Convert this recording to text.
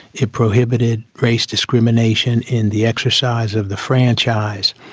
it prohibited race discrimination in the exercise of the franchise.